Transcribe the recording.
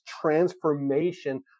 transformation